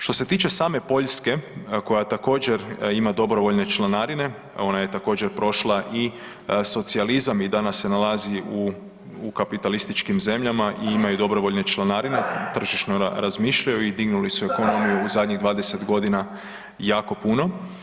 Što se tiče same Poljske koja također ima dobrovoljne članarine, ona je također prošla i socijalizam i danas se nalazi u kapitalističkim zemljama i imaju dobrovoljne članarine, tržišno razmišljaju i dignuli su ekonomiju u zadnjih 20 godina jako punu.